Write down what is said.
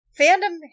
Fandom